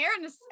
Aaron